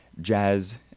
jazz